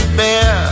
bear